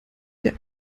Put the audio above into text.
der